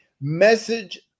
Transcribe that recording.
Message